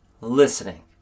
listening